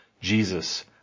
Jesus